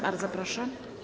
Bardzo proszę.